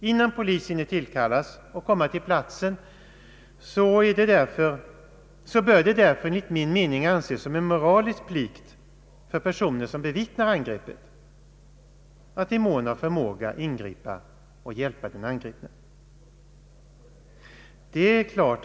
Innan polis hinner tillkallas och komma till platsen bör det därför enligt min mening anses som en moralisk plikt för personer som bevittnar angreppet att i mån av förmåga komma den angripne till hjälp.